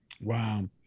Wow